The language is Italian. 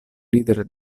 leader